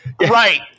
Right